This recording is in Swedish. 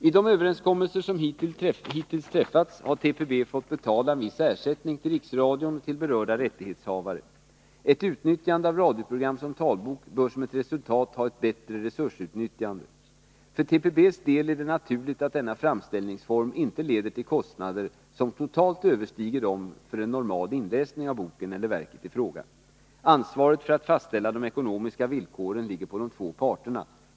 I de överenskommelser som hittills träffats har TPB fått betala en viss ersättning till Riksradion och till berörda rättighetshavare. Ett utnyttjande av radioprogram som talbok bör som ett resultat ha ett bättre resursutnyttjande. För TPB:s del är det naturligt att denna framställningsform inte leder till kostnader som totalt överstiger dem för en normal inläsning av boken eller verket i fråga. Ansvaret för att fastställa de ekonomiska villkoren ligger på de två parterna.